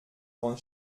grande